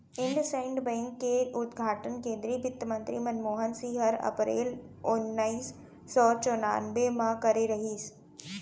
IndusInd bank के उद्घाटन केन्द्रीय बित्तमंतरी मनमोहन सिंह हर अपरेल ओनाइस सौ चैरानबे म करे रहिस